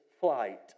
flight